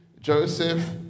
Joseph